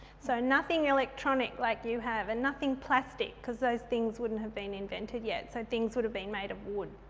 so, nothing electronic like you have and nothing plastic because those things wouldn't have been invented yet so things would have been made of wood